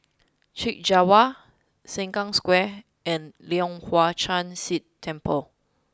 Chek Jawa Sengkang Square and Leong Hwa Chan Si Temple